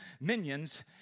minions